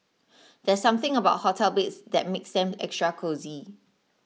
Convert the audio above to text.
there's something about hotel beds that makes them extra cosy